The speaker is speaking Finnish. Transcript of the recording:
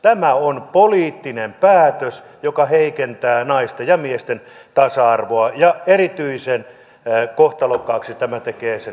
tämä on poliittinen päätös joka heikentää naisten ja miesten tasa arvoa ja erityisen kohtalokkaaksi tämä tekee sen nimenomaan yksinhuoltajille